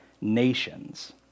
nations